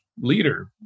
leader